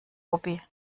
hobby